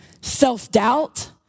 self-doubt